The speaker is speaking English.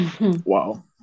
Wow